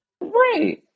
Right